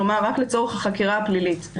כלומר, רק לצורך החקירה הפלילית.